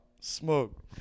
Smoke